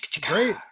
Great